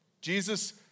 Jesus